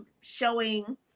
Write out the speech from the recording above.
showing